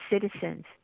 citizens